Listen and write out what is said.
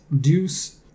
Deuce